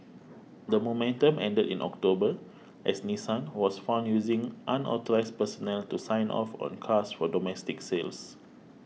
that momentum ended in October as Nissan was found using unauthorised personnel to sign off on cars for domestic sales